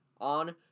on